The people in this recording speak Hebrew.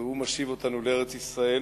והוא משיב אותנו לארץ-ישראל.